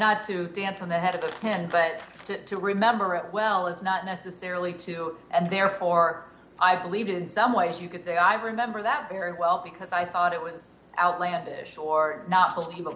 not to dance on the head of the head but to remember it well it's not necessarily too and therefore i believe in some ways you could say i remember that very well because i thought it was outlandish or not